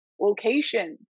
location